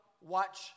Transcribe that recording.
watch